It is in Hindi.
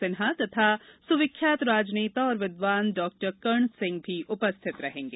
सिन्हा तथा सुविख्यात राजनेता और विद्वान डॉक्टर कर्ण सिंह भी उपस्थित रहेंगे